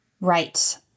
Right